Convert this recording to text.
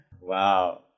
Wow